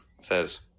says